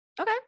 Okay